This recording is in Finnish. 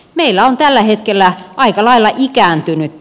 meillä on tällä hetkellä aika lailla ikääntynyt